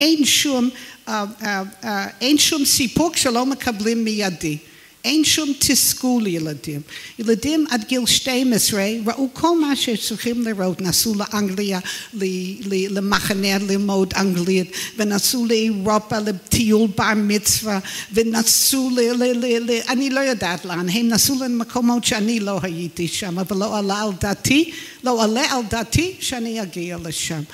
אין שום סיפוק שלא מקבלים מיידי, אין שום תסכול ילדים. ילדים עד גיל 12 ראו כל מה שהם צריכים לראות, נסעו לאנגליה למחנה ללמוד אנגלית, ונסעו לאירופה לטיול בר מצווה, ונסעו ל... אני לא יודעת לאן, הם נסעו למקומות שאני לא הייתי שם, אבל לא עלה על דעתי, לא עלה על דעתי שאני אגיע לשם.